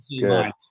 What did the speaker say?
Good